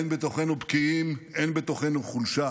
אין בתוכנו בקיעים, אין בתוכנו חולשה.